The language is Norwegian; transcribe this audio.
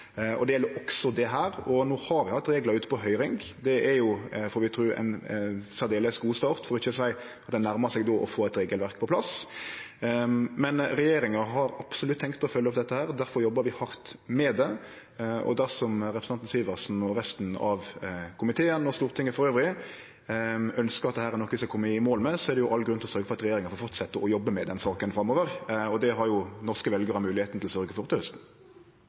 og det gjeld også dette, og no har vi hatt reglar ute på høyring. Det er jo, får vi tru, ein særdeles god start, og det nærmar seg då å få på plass eit regelverk. Regjeringa har absolutt tenkt å følgje opp dette, difor jobbar vi hardt med det, og dersom representanten Sivertsen og resten av komiteen, og Stortinget elles, ønskjer at dette er noko vi skal kome i mål med, er det jo all grunn til å sørgje for at regjeringa får fortsetje å jobbe med den saka framover – og det har norske veljarar moglegheita til til hausten. Som vi vet, er kostnaden for